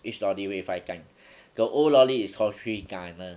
which lorry weigh five time the old lorry is call three tunnel